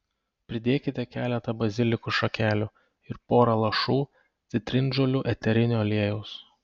pridėkite keletą bazilikų šakelių ir pora lašų citrinžolių eterinio aliejaus